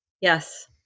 Yes